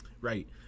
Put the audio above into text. Right